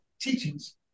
teachings